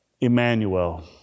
Emmanuel